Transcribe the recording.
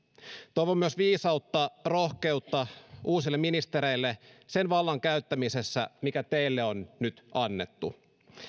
toivon myös viisautta rohkeutta uusille ministereille sen vallan käyttämisessä mikä teille on nyt annettu